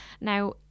Now